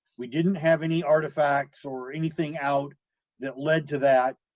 we didn't have any artifacts or anything out that led to that,